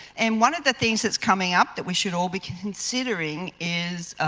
and one of the things that's coming up that we should all be considering is